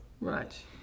Right